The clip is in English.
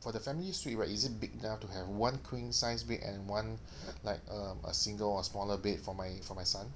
for the family suite right is it big enough to have one queen size bed and one like um a single or smaller bed for my for my son